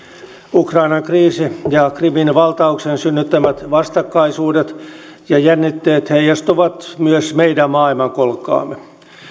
ukrainan kriisi ja krimin valtauksen synnyttämät vastakkaisuudet ja jännitteet heijastuvat myös meidän maailmankolkkaamme